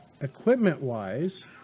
equipment-wise